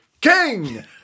King